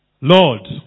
Lord